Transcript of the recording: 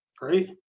Great